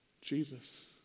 Jesus